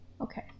okay